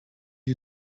you